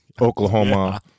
Oklahoma